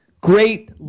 great